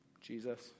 Jesus